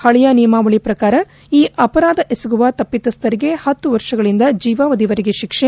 ಹಳೆಯ ನಿಯಮಾವಳಿ ಪ್ರಕಾರ ಈ ಅಪರಾಧ ಎಸಗುವ ತಪ್ಪಿತಸ್ಥರಿಗೆ ಹತ್ತು ವರ್ಷಗಳಿಂದ ಜೀವಾವಧಿವರೆಗೆ ಶಿಕ್ಷೆ